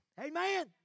Amen